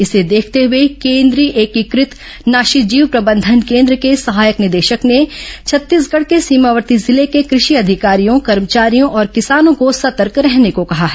इसे देखते हुए केन्द्रीय एकीकृत नाशीजीव प्रबंधन केन्द्र के सहायक निदेशक ने छत्तीसगढ़ के सीमावर्ती जिले के कृषि अधिकारियों कर्मचारियों और किसानों को सतर्क रहने को कहा है